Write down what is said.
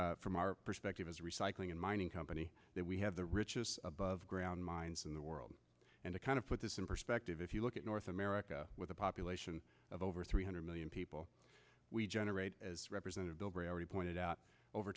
say from our perspective as recycling in mining company that we have the richest aboveground mines in the world and a kind of put this in perspective if you look at north america with a population of over three hundred million people we generate as representative bilbray already pointed out over